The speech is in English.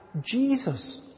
Jesus